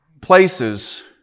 places